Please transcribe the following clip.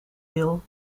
wil